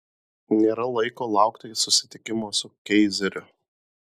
nėra laiko laukti susitikimo su keizeriu